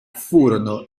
furono